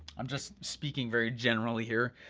i'm just speaking very generally here,